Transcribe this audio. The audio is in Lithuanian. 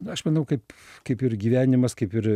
aš manau kaip kaip ir gyvenimas kaip ir